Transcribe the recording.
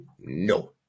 no